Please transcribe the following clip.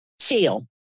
chill